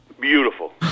Beautiful